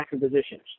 positions